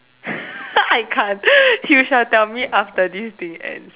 I can't you shall tell me after this thing ends